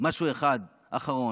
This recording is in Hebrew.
משהו אחד אחרון: